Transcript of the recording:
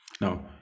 now